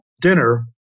dinner